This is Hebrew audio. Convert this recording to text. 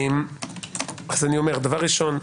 ראשית,